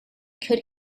could